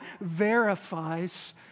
verifies